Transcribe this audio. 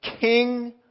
king